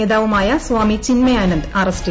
നേതാവുമായ സ്പാമി ചിന്മയാനന്ദ് അറസ്റ്റിൽ